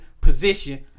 position